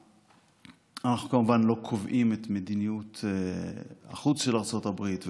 אנחנו כמובן לא קובעים את מדיניות החוץ של ארצות הברית,